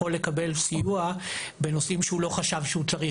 לקבל סיוע בנושאים שהוא לא חשב שהוא צריך,